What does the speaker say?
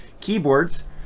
keyboards